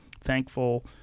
thankful